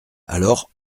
alors